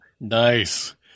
Nice